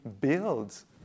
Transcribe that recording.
builds